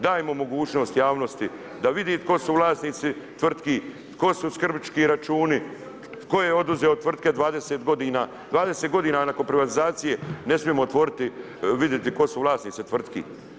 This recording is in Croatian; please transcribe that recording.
Dajmo mogućnost javnosti da vidi tko su vlasnici tvrtki tko su skrbnički računi, tko je oduzeo tvrtke 20 godina nakon privatizacije ne smijemo vidjeti tko su vlasnici tvrtki.